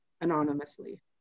anonymously